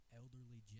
elderly